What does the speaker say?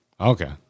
Okay